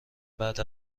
بعد